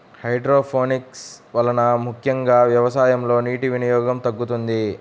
hydroponics వలన ముఖ్యంగా వ్యవసాయంలో నీటి వినియోగం తగ్గుతుంది